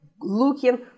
looking